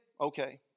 Okay